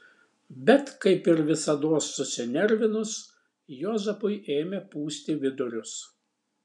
bet kaip ir visados susinervinus juozapui ėmė pūsti vidurius